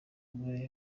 ugure